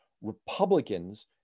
Republicans